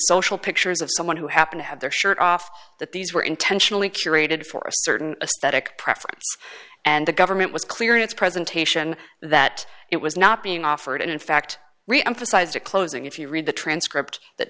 social pictures of someone who happen to have their shirt off that these were intentionally curated for a certain ascetic preference and the government was clear in its presentation that it was not being offered and in fact reemphasized a closing if you read the transcript that